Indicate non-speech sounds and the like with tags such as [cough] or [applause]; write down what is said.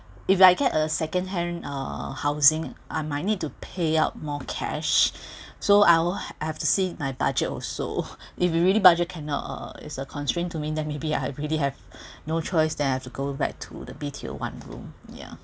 if I get a second hand uh housing I might need to pay out more cash so I'll I'll have to see my budget also [laughs] if the really budget cannot uh is a constrained to me then maybe I really have no choice then I have to go back to the B_T_O one room yeah